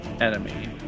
enemy